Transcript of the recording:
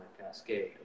cascade